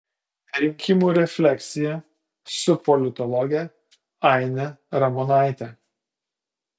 rinkimų refleksija su politologe aine ramonaite